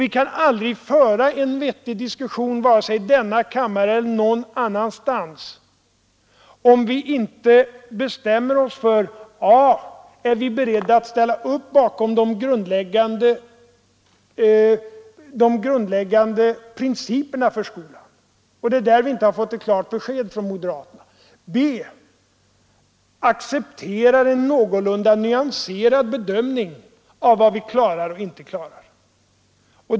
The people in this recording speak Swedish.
Vi kan aldrig föra en vettig diskussion, vare sig i denna kammare eller någon annanstans, om vi inte bestämmer oss för om vi A) är beredda att ställa upp bakom de grundläggande principerna för skolan — det är där vi inte har fått ett klart besked från moderaterna — och B) om vi accepterar en någorlunda nyanserad bedömning av vad vi klarar och inte klarar.